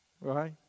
Right